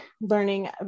learning